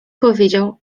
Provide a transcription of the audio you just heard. powiedział